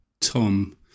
tom